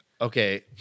Okay